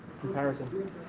comparison